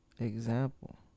Example